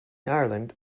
ireland